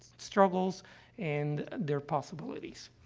struggles and their possibilities.